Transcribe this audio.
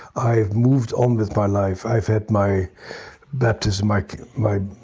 i have moved on with my life. i've had my baptism like my